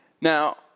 Now